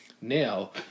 Now